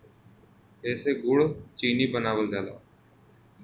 एसे गुड़ चीनी बनावल जाला